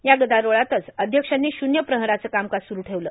या गदारोळातच अध्यक्षांनी शून्य प्रहराचं कामकाज सुरू ठेवलं